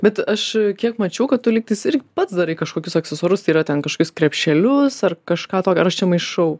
bet aš kiek mačiau kad tu lygtis ir pats darai kažkokius aksesuarus yra ten kažkas krepšelius ar kažką tokio ar aš čia maišau